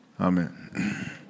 Amen